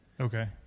Okay